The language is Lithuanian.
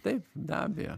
taip be abejo